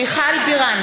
נגד מירב בן ארי,